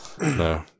No